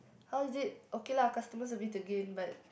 how is it okay lah customer service again but